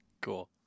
Cool